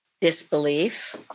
Disbelief